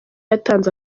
yatanze